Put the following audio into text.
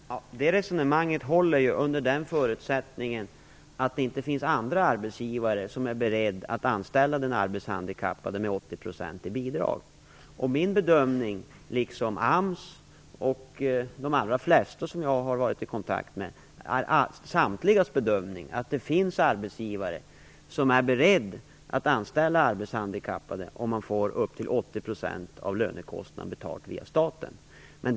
Fru talman! Det resonemanget håller under förutsättning att det inte finns andra arbetsgivare som är beredda att anställa den arbetshandikappade med 80 % i bidrag. Den bedömning som jag, liksom AMS och de flesta jag har varit i kontakt med gör är att det finns arbetsgivare som är beredda att anställa arbetshandikappade om man får upp till 80 % av lönekostnaden betald via staten.